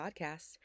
Podcast